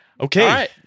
Okay